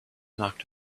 knocked